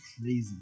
crazy